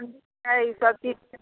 छै ईसब चीज